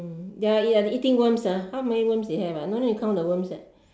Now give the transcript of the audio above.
they are ya eating worms ah how many worms they have ah no need to count the worms ah